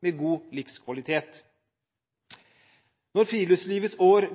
med god livskvalitet. Når Friluftslivets år